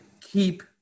keep